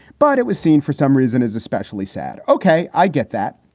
but it was seen for some reason is especially sad. ok, i get that.